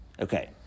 Okay